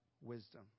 wisdom